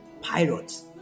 pirates